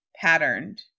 patterned